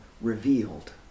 revealed